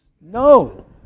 No